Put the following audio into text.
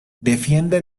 defiende